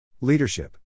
Leadership